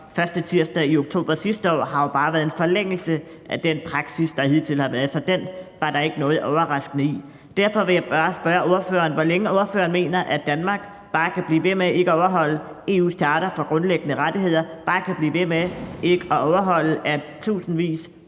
tirsdag i oktober sidste år, har jo bare været en forlængelse af den praksis, der hidtil har været, så den var der ikke noget overraskende i. Derfor vil jeg bare spørge ordføreren, hvor længe ordføreren mener Danmark bare kan blive ved med ikke at overholde Den Europæiske Unions Charter om Grundlæggende Rettigheder, så tusindvis, faktisk hundredtusindvis,